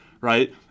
right